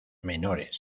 menores